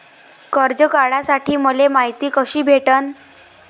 कर्ज काढासाठी मले मायती कशी भेटन?